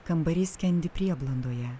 kambarys skendi prieblandoje